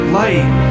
light